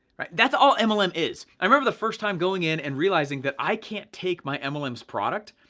right, that's all mlm is. i remember the first time going in and realizing that i can't take my mlm's product,